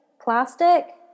plastic